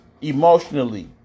emotionally